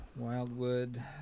Wildwood